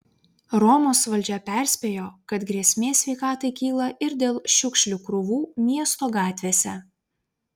romos valdžia perspėjo kad grėsmė sveikatai kyla ir dėl šiukšlių krūvų miesto gatvėse